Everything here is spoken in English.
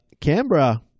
Canberra